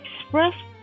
express